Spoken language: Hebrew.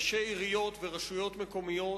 ראשי עיריות ורשויות מקומיות.